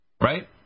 Right